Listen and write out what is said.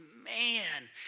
man